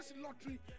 lottery